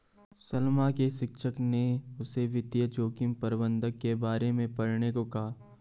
सलमा के शिक्षक ने उसे वित्तीय जोखिम प्रबंधन के बारे में पढ़ने को कहा